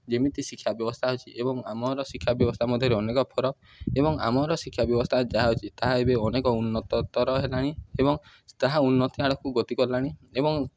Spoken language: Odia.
ଯେମିତି ଶିକ୍ଷା ବ୍ୟବସ୍ଥା ଅଛି ଏବଂ ଆମର ଶିକ୍ଷା ବ୍ୟବସ୍ଥା ମଧ୍ୟରେ ଅନେକ ଫରକ ଏବଂ ଆମର ଶିକ୍ଷା ବ୍ୟବସ୍ଥା ଯାହା ଅଛି ତାହା ଏବେ ଅନେକ ଉନ୍ନତର ହେଲାଣି ଏବଂ ତାହା ଉନ୍ନତି ଆଡ଼କୁ ଗତି କଲାଣି ଏବଂ